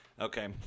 Okay